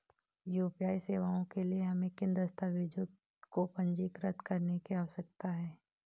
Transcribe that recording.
UPI सेवाओं के लिए हमें किन दस्तावेज़ों को पंजीकृत करने की आवश्यकता है?